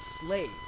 slave